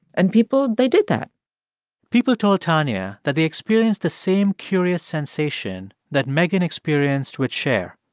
and people they did that people told tanya that they experienced the same curious sensation that megan experienced with cher.